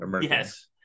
Yes